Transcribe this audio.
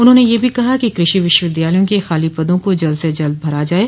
उन्होंने यह भी कहा कि कृषि विश्वविद्यालयों के खाली पदों को जल्द से जल्द भरा जाये